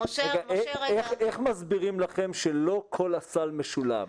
איך מסבירים לכם שלא כל הסל משולם?